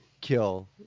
kill